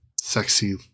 sexy